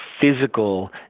physical